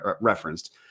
referenced